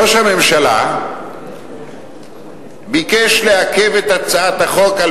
ראש הממשלה ביקש לעכב את הצעת החוק על